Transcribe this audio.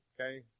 okay